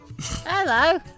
Hello